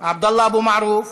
עבדאללה אבו מערוף,